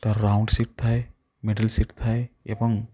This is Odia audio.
ତା'ର ରାଉଣ୍ଡ୍ ସିଟ୍ ଥାଏ ମେଟାଲ୍ ସିଟ୍ ଥାଏ ଏବଂ